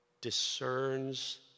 discerns